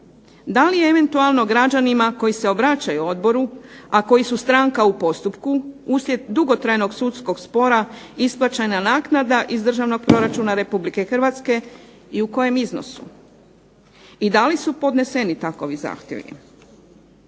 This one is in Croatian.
da li eventualno građanima koji se obraćaju odboru, a koji su stranka u postupku uslijed dugotrajnog sudskog spora isplaćena naknada iz Državnog proračuna Republike Hrvatske i u kojem iznosu i da li su podneseni takovi zahtjevi.